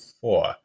four